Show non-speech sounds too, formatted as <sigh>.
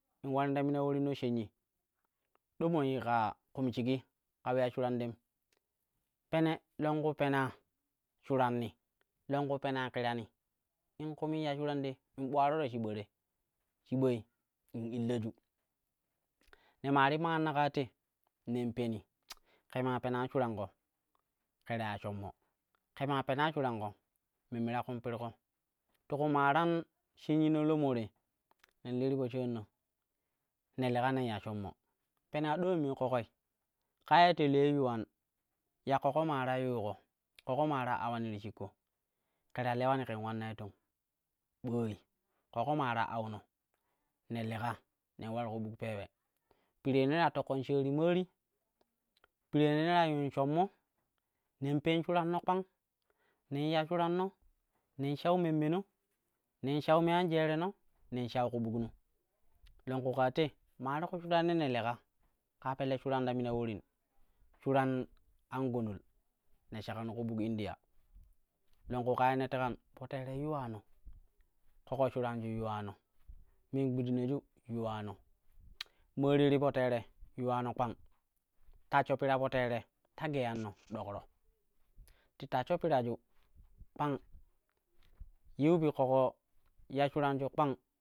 In ularin ta mina ulorin no shenyi do mo ika kum shigi ka ule ya shuran ɗem. Pene longku penaa shuranni, longkur pena kirani in kumi in ya shuran te in ɓularo ta shiba te, shibai in illaju. Ne maa ti maanna ka te nen peni <noise> ke maa pena shuram ƙo ke ta ya shommo ke maa pena shuran ko memme ta kum porƙo. Ti ku maarom shin yi no lomoo te nen li ti possoarina, ne leka nen ya shommo pena a do ulem mii ƙoƙoi kaa ye telyoi yuwan ya ƙoƙo maa ta yuuƙo ya ƙoƙo maa ta awani ti shiƙko keta leulani ken ulannai tong, ɓooi ƙoƙo maa ta auno ne leka nen ular ku bukpeewee pirinnee ne ta yuun shommo nen pen shuranno kpang, nen ya shuranno nen pen shuranno kpang, nen ya shuranno nen shau memme no, nen shau me an jere no nen shau ku buk no longku kaa te maa ti ku shuran ye ne leka kaa pelle shuran ta mima ulorin, shuran an gunul, ne shaka no ku buk india longku kaa ye ne tekan po tere yuwano, ƙoƙo shuranju yuwa no, men gbidinaju yuwano maari ti po tere yuwano kpang, tashsho pira po tere ta geyanno ɗokro ti tashsho piraju kpang yiu bi ƙoko ya shuranju kpang.